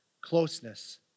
closeness